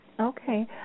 Okay